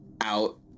out